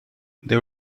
they